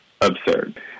absurd